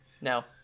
No